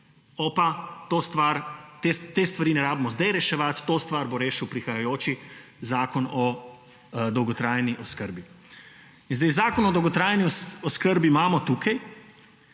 opa, te stvari ni treba zdaj reševati, to stvar bo rešil prihajajoči zakon o dolgotrajni oskrbi. In zdaj zakon o dolgotrajni oskrbi imamo tukaj